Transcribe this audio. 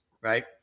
right